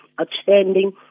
outstanding